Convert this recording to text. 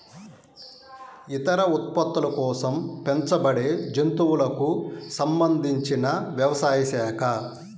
ఇతర ఉత్పత్తుల కోసం పెంచబడేజంతువులకు సంబంధించినవ్యవసాయ శాఖ